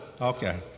Okay